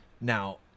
Now